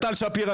טל שפירא,